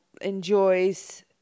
Enjoys